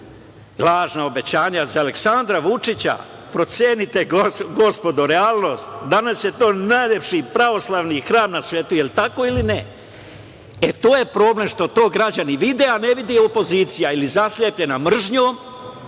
lažna obećanja, a za Aleksandra Vučića, procenite gospodo, realnost. Danas je to najlepši pravoslavni hram na svetu. Da li je tako ili ne? E, to je problem što to građani vide, a ne vidi opozicija, ili zaslepljena mržnjom